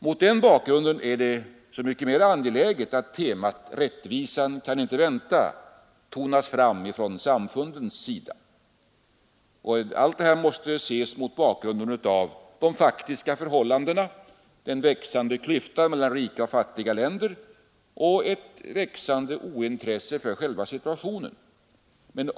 Mot den bakgrunden är det så mycket mera angeläget att temat ” Rättvisan kan inte vänta” tonas fram från samfundens sida. Detta måste ses mot bakgrunden av de faktiska förhållandena: Den växande klyftan mellan rika och fattiga länder och det växande ointresset för situationen.